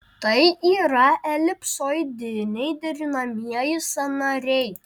tai yra elipsoidiniai derinamieji sąnariai